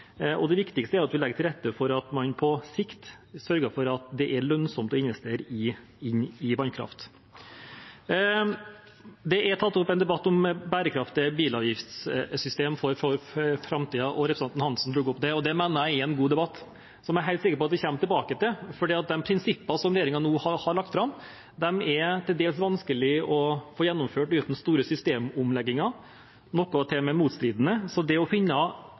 og minimumsbegrensninger, og det viktigste er at vi legger til rette for at man på sikt sørger for at det er lønnsomt å investere i vannkraft. Det er tatt opp en debatt om bærekraftige bilavgiftssystem for framtiden, representanten Hansen tok opp det. Det mener jeg er en god debatt som jeg er helt sikker på at vi kommer tilbake til, for de prinsippene som regjeringen nå har lagt fram, er til dels vanskelige å få gjennomført uten store systemomlegginger, og noe er til og med motstridende. Så det å finne